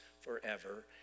forever